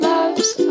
Love's